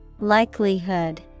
Likelihood